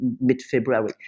mid-February